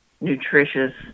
nutritious